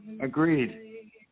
agreed